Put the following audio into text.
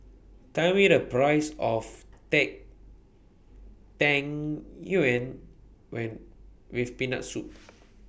Tell Me The Price of Tang Yuen when with Peanut Soup